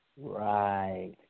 Right